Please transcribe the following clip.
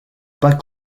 pas